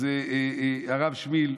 אז הרב שמיל,